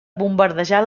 bombardejar